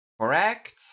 Correct